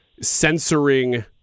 censoring